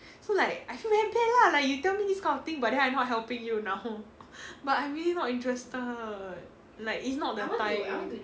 so like I feel very bad lah like you tell me this kind of thing but then I'm not helping you now but I'm really not interested like it's not the time